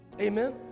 Amen